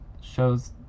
shows